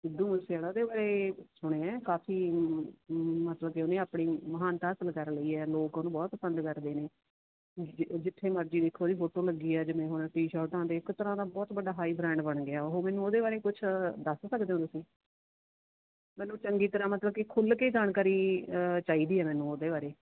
ਸਿੱਧੂ ਮੂਸੇਵਾਲਾ ਉਹਦੇ ਬਾਰੇ ਸੁਣਿਆ ਕਾਫ਼ੀ ਮਤਲਬ ਕਿ ਉਹਨੇ ਆਪਣੀ ਮਹਾਨਤਾ ਹਾਸਿਲ ਕਰ ਲਈ ਹੈ ਲੋਕ ਉਹਨੂੰ ਬਹੁਤ ਪਸੰਦ ਕਰਦੇ ਨੇ ਜਿ ਜਿੱਥੇ ਮਰਜ਼ੀ ਦੇਖੋ ਉਹਦੀ ਫੋਟੋ ਲੱਗੀ ਆ ਜਿਵੇਂ ਹੁਣ ਟੀਸ਼ਰਟਾਂ ਦੇ ਇੱਕ ਤਰ੍ਹਾਂ ਦਾ ਬਹੁਤ ਵੱਡਾ ਹਾਈ ਬ੍ਰੈਂਡ ਬਣ ਗਿਆ ਉਹ ਮੈਨੂੰ ਉਹਦੇ ਬਾਰੇ ਕੁਛ ਦੱਸ ਸਕਦੇ ਹੋ ਤੁਸੀਂ ਮੈਨੂੰ ਚੰਗੀ ਤਰ੍ਹਾਂ ਮਤਲਬ ਕਿ ਖੁੱਲ੍ਹ ਕੇ ਜਾਣਕਾਰੀ ਚਾਹੀਦੀ ਆ ਮੈਨੂੰ ਉਹਦੇ ਬਾਰੇ